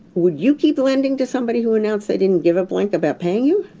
would you keep lending to somebody who announced they didn't give a blank about paying you?